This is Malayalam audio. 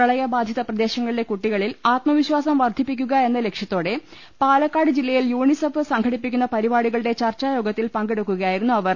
പ്രളയബാധിത പ്രദേശങ്ങളിലെ കുട്ടികളിൽ ആത്മവിശ്വാസം വർദ്ധിപ്പിക്കുക എന്ന ലക്ഷ്യ ത്തോടെ പാലക്കാട് ജില്ലയിൽ യൂണിസെഫ് സംഘടി പ്പിക്കുന്ന പരിപാടികളുടെ ചർച്ചായോഗത്തിൽ പങ്കെടുക്കുകയായിരുന്നു അവർ